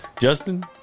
Justin